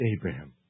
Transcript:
Abraham